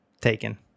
taken